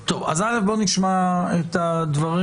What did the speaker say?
א', בואו נשמע את הדברים.